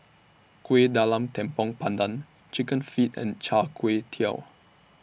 Kuih Talam Tepong Pandan Chicken Feet and Char Kway Teow